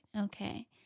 okay